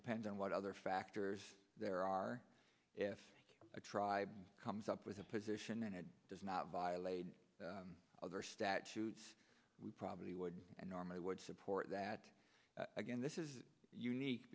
depends on what other factors there are if a tribe comes up with a position and it does not violate other statutes we probably would normally would support that again this is unique